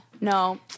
No